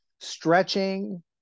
stretching